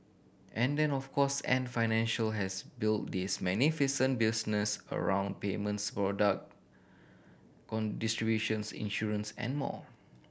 and then of course Ant Financial has built this magnificent business around payments product distributions insurance and more